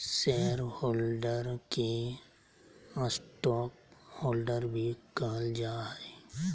share holder के stockholder भी कहल जा हइ